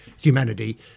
humanity